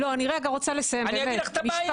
לא, אני רגע רוצה לסיים, באמת משפט.